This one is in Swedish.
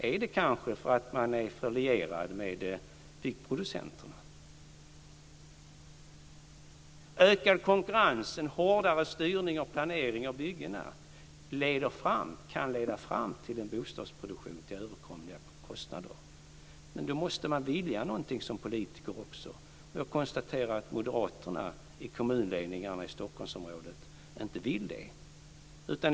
Är det för att man är alltför lierad med byggproducenterna? Ökad konkurrens, hårdare styrning och planering av byggena kan leda fram till en bostadsproduktion till överkomliga kostnader. Men då måste man vilja något som politiker. Jag konstaterar att moderaterna i kommunledningarna i Stockholmsområdet inte vill det.